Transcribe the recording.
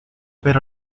pero